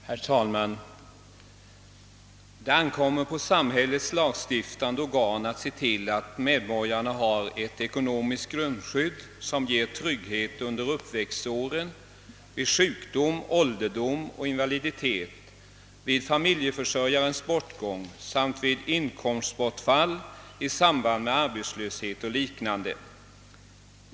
Herr talman! Det ankommer på samhällets lagstiftande organ att se till att medborgarna har ett ekonomiskt grundskydd som ger trygghet under uppväxtåren, vid sjukdom, ålderdom och invaliditet, vid familjeförsörjarens bortgång samt vid inkomstbortfall i samband med arbetslöshet och liknande.